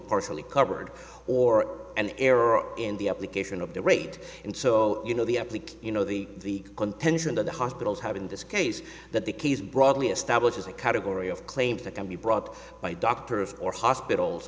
partially covered or an error in the application of the rate and so you know the epic you know the contention that the hospitals have in this case that the key is broadly established as a category of claims that can be brought by doctor of or hospitals